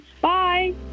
bye